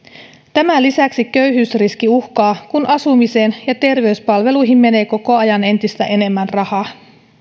tämän lisäksi köyhyysriski uhkaa kun asumiseen ja terveyspalveluihin menee koko ajan entistä enemmän rahaa